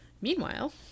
Meanwhile